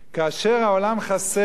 כאשר העולם חסר,